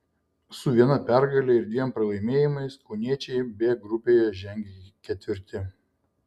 su viena pergale ir dviem pralaimėjimais kauniečiai b grupėje žengia ketvirti